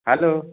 hello